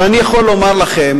אבל אני יכול לומר לכם,